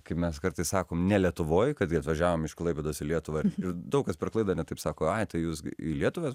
kaip mes kartais sakom ne lietuvoj kad gi atvažiavom iš klaipėdos į lietuvąir daug kas per klaidą net taip sako atvejus tai jūs į lietuvą